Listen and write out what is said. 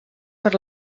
per